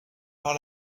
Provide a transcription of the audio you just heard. par